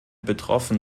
betroffen